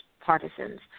partisans